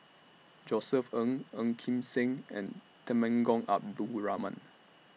Josef Ng Ong Kim Seng and Temenggong Abdul Rahman